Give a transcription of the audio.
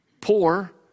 Poor